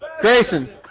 Grayson